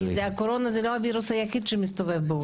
כי הקורונה זה לא הווירוס היחיד שמסתובב בעולם.